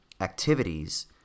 activities